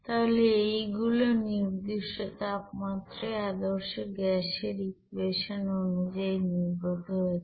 তাহলে এইগুলো নির্দিষ্ট তাপমাত্রায় আদর্শ গ্যাসের ইকুয়েশন অনুযায়ী নির্গত হচ্ছে